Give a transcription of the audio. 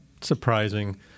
surprising